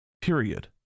period